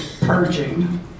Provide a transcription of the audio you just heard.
purging